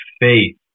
faith